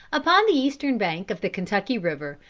upon the eastern bank of the kentucky river,